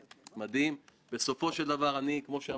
ורבין ודב חנין והחברה האזרחית,